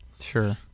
sure